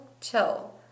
chill